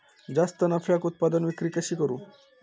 जास्त नफ्याक उत्पादन विक्री कशी करू?